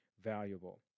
valuable